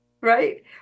Right